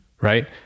right